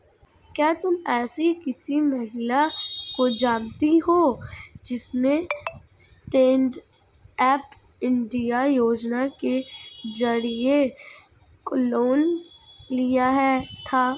क्या तुम एसी किसी महिला को जानती हो जिसने स्टैन्डअप इंडिया योजना के जरिए लोन लिया था?